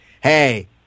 hey